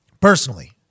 personally